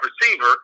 receiver